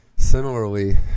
Similarly